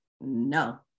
no